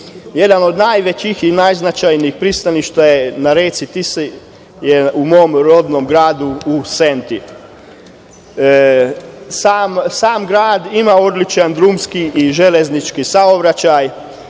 od najvećih i najznačajnijih pristaništa na reci Tisi je u mom rodnom gradu, u Senti. Sam grad ima odličan drumski i železnički saobraćaj.